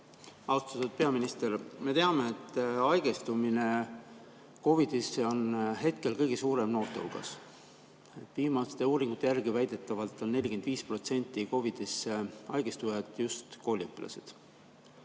Austatud peaminister! Me teame, et haigestumine COVID‑isse on hetkel kõige suurem noorte hulgas. Viimaste uuringute järgi on väidetavalt 45% COVID‑isse haigestunutest just kooliõpilased.